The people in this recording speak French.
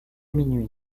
minuit